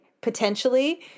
potentially